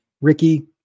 Ricky